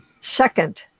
Second